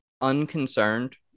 unconcerned